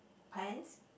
pants